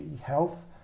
Health